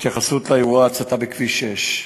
התייחסות לאירוע ההצתה בכביש 6,